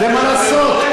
מה לעשות,